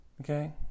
Okay